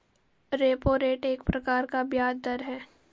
repo rate एक प्रकार का ब्याज़ दर है